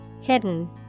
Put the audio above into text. Hidden